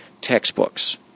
Textbooks